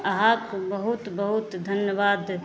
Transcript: अहाँके बहुत बहुत धन्यवाद